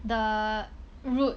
the root